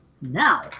Now